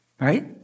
Right